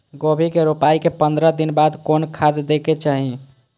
गोभी के रोपाई के पंद्रह दिन बाद कोन खाद दे के चाही?